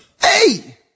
Hey